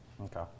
okay